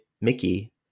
Mickey